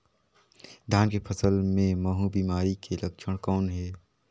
धान के फसल मे महू बिमारी के लक्षण कौन हे?